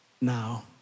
now